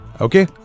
okay